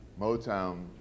Motown